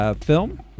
film